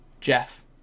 Jeff